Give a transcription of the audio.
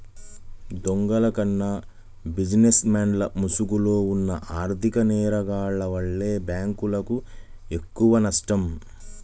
దొంగల కన్నా బిజినెస్ మెన్ల ముసుగులో ఉన్న ఆర్ధిక నేరగాల్ల వల్లే బ్యేంకులకు ఎక్కువనష్టం